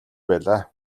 байлаа